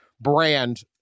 brand